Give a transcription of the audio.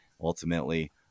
ultimately